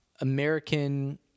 American